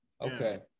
Okay